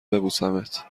ببوسمت